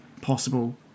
possible